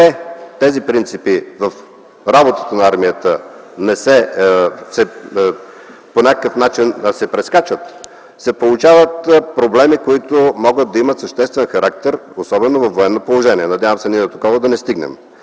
тези принципи в работата на армията по някакъв начин се прескачат, получават се проблеми, които могат да имат съществен характер, особено във военно положение. Надявам се до такова да не стигнем.